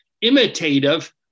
imitative